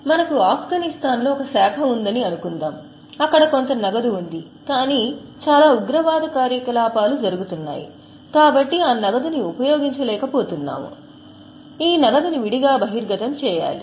మనకు ఆఫ్ఘనిస్తాన్లో ఒక శాఖ ఉందని అనుకుందాం అక్కడ కొంత నగదు ఉంది కాని చాలా ఉగ్రవాద కార్యకలాపాలు జరుగుతున్నాయి కాబట్టి ఆ నగదుని ఉపయోగించలేకపోతున్నాము ఈ నగదుని విడిగా బహిర్గతం చేయాలి